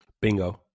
Bingo